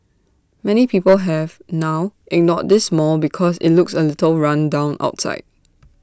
many people have now ignored this mall because IT looks A little run down outside